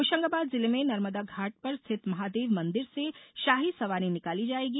होशंगाबाद जिले में नर्मदा घाट पर स्थित महादेव मंदिर से शाही सवारी निकाली जायेगी